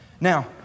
Now